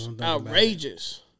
outrageous